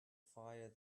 fire